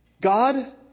God